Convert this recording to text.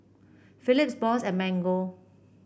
Phillips Bose and Mango